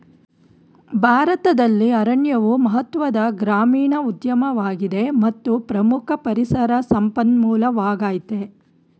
ಭಾರತದಲ್ಲಿ ಅರಣ್ಯವು ಮಹತ್ವದ ಗ್ರಾಮೀಣ ಉದ್ಯಮವಾಗಿದೆ ಮತ್ತು ಪ್ರಮುಖ ಪರಿಸರ ಸಂಪನ್ಮೂಲವಾಗಯ್ತೆ